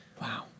Wow